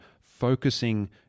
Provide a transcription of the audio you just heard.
focusing